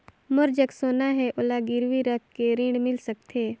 मोर जग सोना है ओला गिरवी रख के ऋण मिल सकथे?